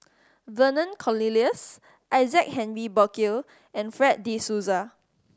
Vernon Cornelius Isaac Henry Burkill and Fred De Souza